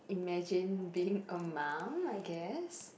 imagine being a mum I guess